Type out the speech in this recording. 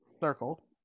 circle